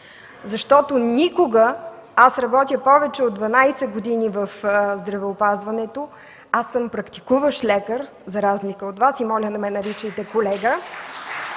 защото никога – работя повече от 12 години в здравеопазването, аз съм практикуващ лекар, за разлика от Вас, и моля не ме наричайте колега